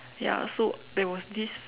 ya so there was this